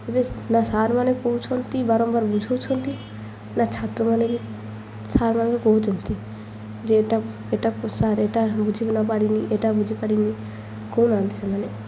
ଏବେ ନା ସାର୍ମାନେ କହୁଛନ୍ତି ବାରମ୍ବାର ବୁଝଉଛନ୍ତି ନା ଛାତ୍ରମାନେ ବି ସାର୍ମାନେ କହୁଛନ୍ତି ଯେ ଏଇଟା ଏଇଟା ସାର୍ ଏଇଟା ବୁଝିିକି ନପାରିନି ଏଇଟା ବୁଝିପାରନି କହୁନାହାନ୍ତି ସେମାନେ